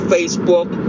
Facebook